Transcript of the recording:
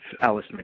Alice